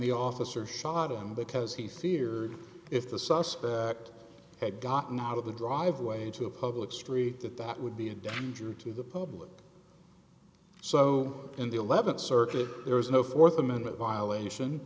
the officer shot him because he feared if the suspect had gotten out of the driveway to a public street that that would be a danger to the public so in the th circuit there is no th amendment violation